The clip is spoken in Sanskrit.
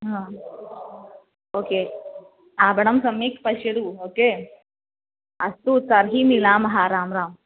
हा ओके आपणं सम्यक् पश्यतु ओके अस्तु तर्हि मिलामः राम राम